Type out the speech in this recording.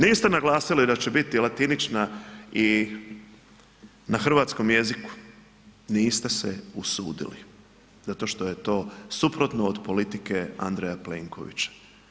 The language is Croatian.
Niste naglasili da će biti latinična i na hrvatskom jeziku, niste se usudili zato što je to suprotno od politike Andreja Plenkovića.